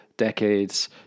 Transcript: decades